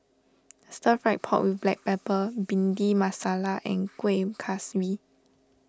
Stir Fried Pork with Black Pepper Bhindi Masala and Kueh Kaswi